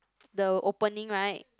the opening right